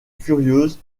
furieuse